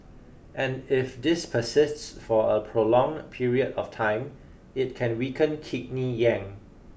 and if this persists for a prolonged period of time it can weaken kidney yang